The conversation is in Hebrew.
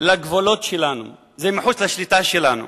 לגבולות שלנו, זה מחוץ לשליטה שלנו.